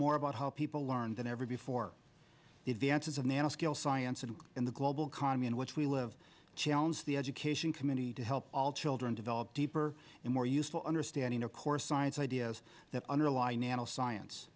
more about how people learn than ever before the advances of nano scale science and in the global economy in which we live challenge the education committee to help all children develop deeper and more useful understanding of course science ideas that underlie nanoscience